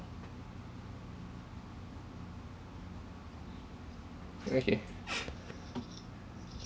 okay